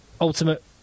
ultimate